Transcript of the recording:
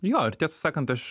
jo ir tiesą sakant aš